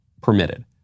permitted